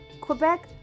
Quebec